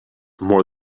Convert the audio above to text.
more